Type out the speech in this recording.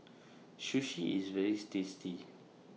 Sushi IS very tasty